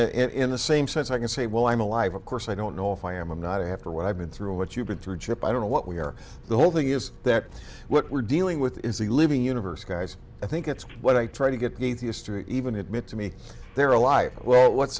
in the same sense i can say well i'm alive of course i don't know if i am i'm not after what i've been through what you've been through a chip i don't know what we are the whole thing is that what we're dealing with is a living universe guys i think that's what i try to get the atheist to even admit to me they're alive well what